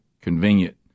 convenient